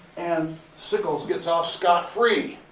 and sickles gets off scot-free!